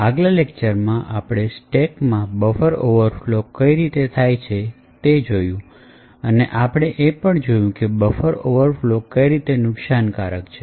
આગલા લેકચરમાં આપણે સ્ટેકમાં બફર ઓવરફ્લો કઈ રીતે થાય છે તે જોયું અને આપણે એ પણ જોયું કે બફર ઓવરફ્લો કઈ રીતે નુકશાનકારક છે